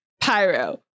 pyro